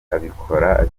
abikora